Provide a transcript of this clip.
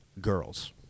girls